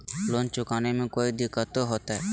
Loan चुकाने में कोई दिक्कतों होते?